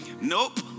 Nope